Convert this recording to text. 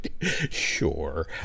Sure